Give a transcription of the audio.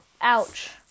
ouch